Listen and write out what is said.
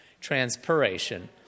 transpiration